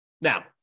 Now